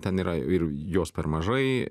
ten yra ir jos per mažai